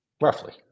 roughly